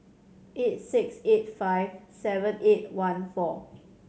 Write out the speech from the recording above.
eight six eight five seven eight one four